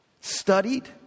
studied